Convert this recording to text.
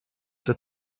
they